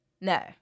no